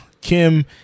kim